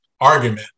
argument